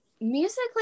Musically